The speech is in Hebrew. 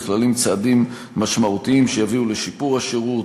נכללים צעדים משמעותיים שיביאו לשיפור השירות,